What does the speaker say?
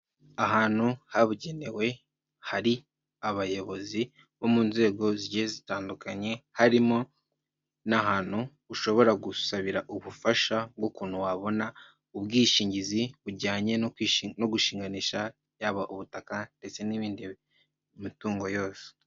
Ahantu habugenewe hari abayobozi bo mu nzego zigiye zitandukanye, harimo n'ahantu ushobora gusabira ubufasha bw'ukuntu wabona ubwishingizi bujyanye no gushinganisha yaba ubutaka ndetse n'ibindi mitungo yose.